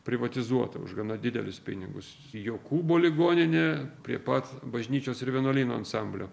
privatizuota už gana didelius pinigus jokūbo ligoninė prie pat bažnyčios ir vienuolyno ansamblio